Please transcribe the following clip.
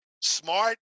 smart